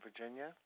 virginia